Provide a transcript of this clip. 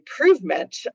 improvement